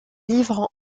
livre